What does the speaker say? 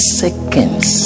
seconds